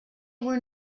were